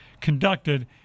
conducted